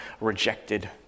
rejected